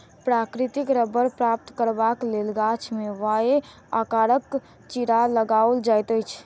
प्राकृतिक रबड़ प्राप्त करबाक लेल गाछ मे वाए आकारक चिड़ा लगाओल जाइत अछि